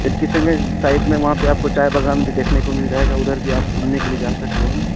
ا قسنگے سائٹڈ میں وہاں پہ آپ کو چائے بغان بھی دیکھنے کو مل جائے گا ادھر بھی آپ گھومنے کے لیے جا سکتے ہیں